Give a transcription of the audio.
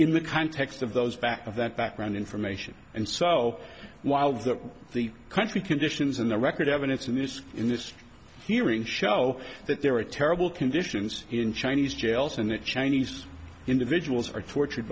in the context of those back of that background information and so while that the country conditions and the record evidence in this case in this hearing show that there are terrible conditions in chinese jails and that chinese individuals are tortured